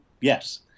Yes